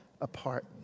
apart